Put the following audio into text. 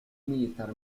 militar